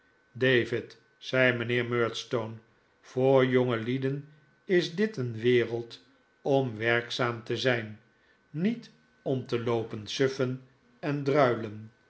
david zei mijnheer murdstone voor jongelieden is dit een wereld om werkzaam te zijn niet om te loopen suffen en druilen